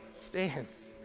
stands